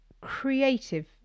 creative